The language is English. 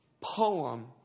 poem